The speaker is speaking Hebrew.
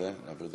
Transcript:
ההצעה להעביר את